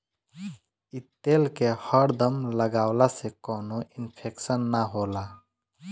इ तेल के हरदम लगवला से कवनो इन्फेक्शन ना होला